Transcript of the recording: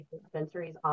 dispensaries